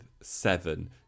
seven